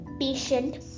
patient